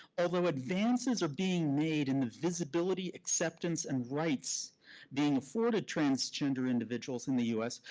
although advances are being made in the visibility, acceptance, and rights being afforded transgender individuals in the us,